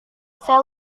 saya